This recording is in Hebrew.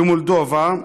במולדובה.